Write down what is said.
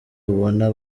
ubona